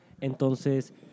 Entonces